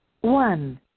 One